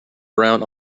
brown